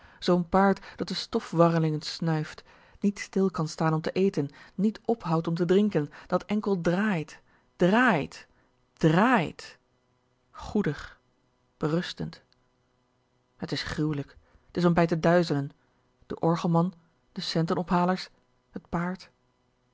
zoo'n paard dat de stofwarrelingen snuift niet stil kan staan om te eten niet ophoudt om te drinken dat enkel draait drààit drààit goedig berustend het is gruwlijk t is om bij te duizien de orgelman de centenophalers t paard